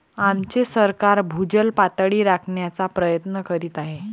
आमचे सरकार भूजल पातळी राखण्याचा प्रयत्न करीत आहे